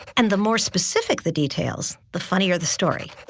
and the more specific the details, the funnier the story.